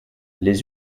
les